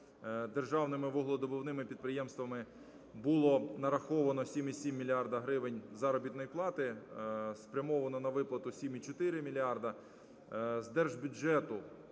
державними вугледобувними підприємствами було нараховано 7,7 мільярда гривень заробітної плати, спрямовано на виплату – 7,4 мільярда,